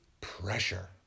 Pressure